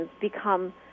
become